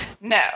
No